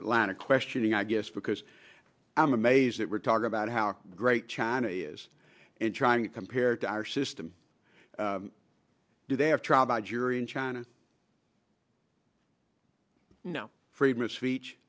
of questioning i guess because i'm amazed that we're talking about how great china is in trying to compare to our system do they have trial by jury in china no freedom of speech